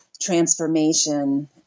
transformation